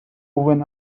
when